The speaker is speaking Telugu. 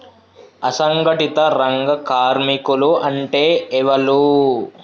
అసంఘటిత రంగ కార్మికులు అంటే ఎవలూ?